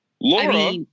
Laura